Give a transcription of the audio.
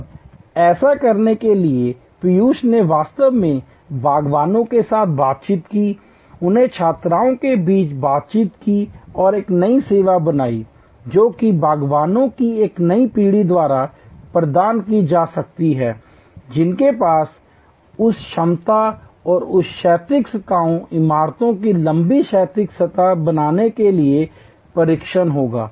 अब ऐसा करने के लिए पीयूष ने वास्तव में बागवानों के साथ बातचीत की अन्य छात्रों के साथ बातचीत की और एक नई सेवा बनाई जो कि बागवानों की एक नई पीढ़ी द्वारा प्रदान की जा सकती है जिनके पास उस क्षमता और क्षैतिज सतहों इमारतों की लंबी क्षैतिज सतह बनाने के लिए प्रशिक्षण होगा